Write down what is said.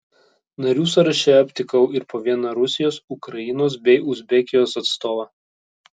narių sąraše aptikau ir po vieną rusijos ukrainos bei uzbekijos atstovą